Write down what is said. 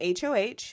HOH